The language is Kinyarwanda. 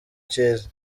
cyiza